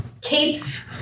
Capes